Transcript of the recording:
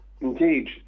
indeed